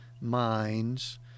minds